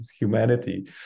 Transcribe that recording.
humanity